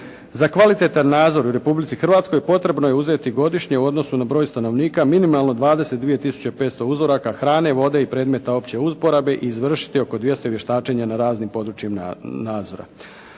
Za kvalitetan nadzor u Republici Hrvatskoj potrebno je uzeti godišnje u odnosu na broj stanovnika minimalno 22 tisuće 500 uzoraka hrane, vode i predmeta opće uporabe izvršiti oko 200 vještačenja na raznim područjima nadzora.